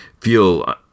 feel